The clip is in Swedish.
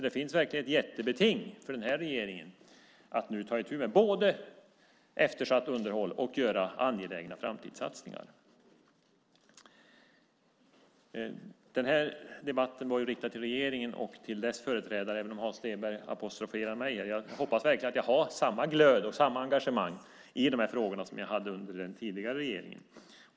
Det finns ett jättebeting för den här regeringen att ta itu med - både eftersatt underhåll och att göra angelägna framtidssatsningar. Den här debatten var riktad till regeringens företrädare, även om Hans Stenberg apostroferade mig. Jag hoppas verkligen att jag har samma glöd och engagemang i frågorna som jag hade under den tidigare regeringen.